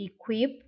equip